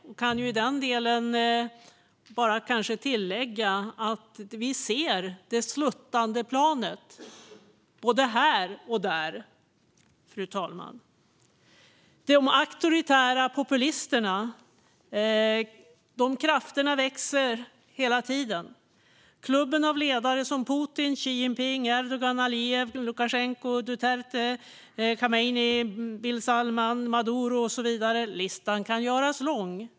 Jag kan kanske i den delen tillägga att vi ser det sluttande planet både här och där, fru talman. Krafterna för de auktoritära populisterna växer hela tiden. Det handlar om klubben av ledare som Putin, Xi Jinping, Erdogan, Alijev, Lukasjenko, Duterte, Khamenei, bin Salman, Maduro och så vidare. Listan kan göras lång.